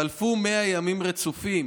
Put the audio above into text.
חלפו 100 ימים רצופים